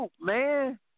man